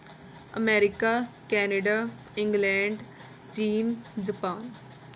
America Canada England China Japan